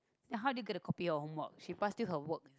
then how do you get a copy of homework she pass you her work